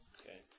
Okay